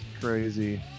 crazy